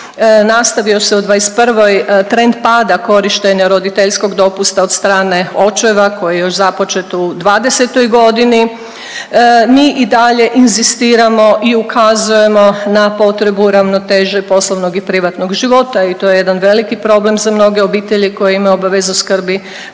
Nastavio se u '21. trend pada korištenja roditeljskog dopusta od strane očeva koji je još započet u '20. g. Mi i dalje inzistiramo i ukazujemo na potrebu ravnoteže poslovnog i privatnog života i to je jedan veliki problem za mnoge obitelji koje imaju obavezu skrbi prema